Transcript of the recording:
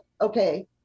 okay